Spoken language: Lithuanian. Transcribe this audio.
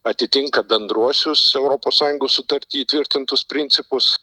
atitinka bendruosius europos sąjungos sutarty įtvirtintus principus